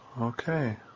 Okay